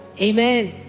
Amen